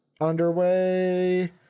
underway—